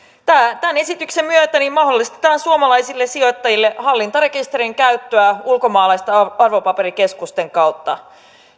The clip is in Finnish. tämän esityksen myötä mahdollistetaan suomalaisille sijoittajille hallintarekisterin käyttöä ulkomaalaisten arvopaperikeskusten kautta